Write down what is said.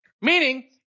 Meaning